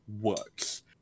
works